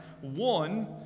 One